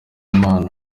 impano